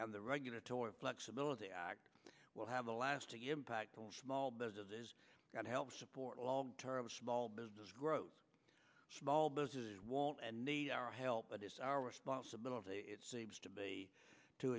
and the regulatory flexibility act will have a lasting impact on small businesses that help support small business growth small businesses want and need our help but it's our responsibility it seems to be to